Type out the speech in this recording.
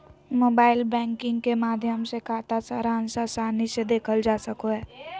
mobile banking के माध्यम से खाता सारांश आसानी से देखल जा सको हय